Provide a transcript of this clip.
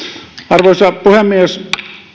arvoisa puhemies